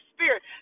Spirit